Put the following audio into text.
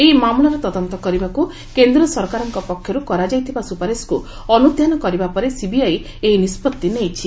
ଏହି ମାମଲାର ତଦନ୍ତ କରିବାକୁ କେନ୍ଦ୍ ସରକାରଙ୍କ ପକ୍ଷରୁ କରାଯାଇଥିବା ସୁପାରିଶ୍କୁ ଅନୁଧ୍ୟାନ କରିବା ପରେ ସିବିଆଇ ଏହି ନିଷ୍ପଭି ନେଇଛି